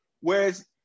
Whereas